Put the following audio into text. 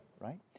right